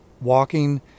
walking